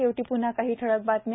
शेवटी पुन्हा काही ठळक बातम्या